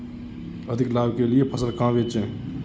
अधिक लाभ के लिए फसल कहाँ बेचें?